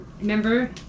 Remember